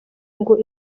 ngo